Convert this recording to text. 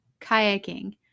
kayaking